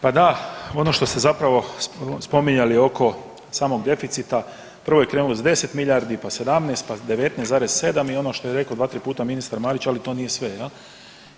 Pa da, ono što ste zapravo spominjali oko samog deficita prvo je krenulo s 10 milijardi, pa 17, pa 19,7 i ono što je rekao 2-3 puta ministar Marić, ali to nije sve jel.